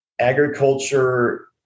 agriculture